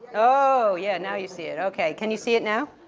oh, yeah, now, you see it, okay. can you see it now?